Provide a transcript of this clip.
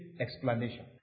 explanation